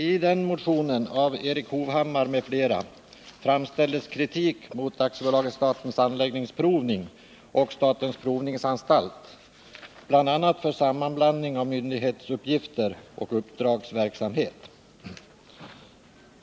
I den motionen av Erik Hovhammar m.fl. framställes kritik mot AB Statens Anläggningsprovning och statens provningsanstalt, bl.a. för sammanblandning av myndighetsuppgifter och uppdragsverksamhet.